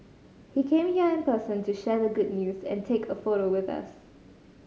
he came here in person to share the good news and take a photo with us